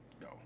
No